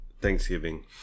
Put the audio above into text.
Thanksgiving